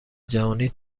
جهانی